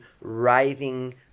writhing